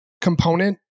component